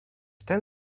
ten